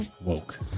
woke